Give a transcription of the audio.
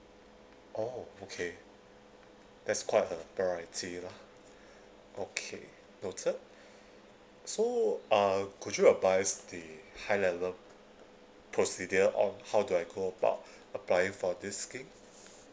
oh okay there's quite a variety lah okay noted so uh could you advise the high level procedure on how do I go about applying for this scheme